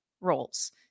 roles